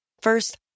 First